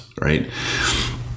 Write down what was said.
Right